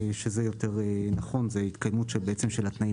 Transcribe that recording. שזה יותר נכון והתקיימות של התנאים,